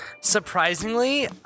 Surprisingly